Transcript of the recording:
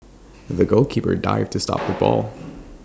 the goalkeeper dived to stop the ball